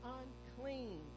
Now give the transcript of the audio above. unclean